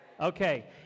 Okay